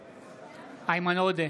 בעד איימן עודה,